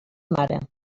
mare